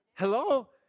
hello